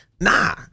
Nah